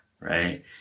right